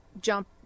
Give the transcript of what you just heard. jump